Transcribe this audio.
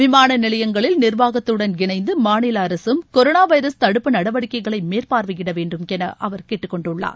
விமான நிலையங்களில் நிர்வாகத்துடன் இணைந்து மாநில அரசும் கொரோனா வைரஸ் தடுப்பு நடவடிக்கைகளை மேற்பார்வையிட வேண்டும் என அவர் கேட்டுக்கொண்டுள்ளார்